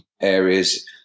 areas